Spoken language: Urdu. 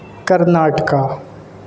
کرناٹکا